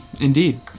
indeed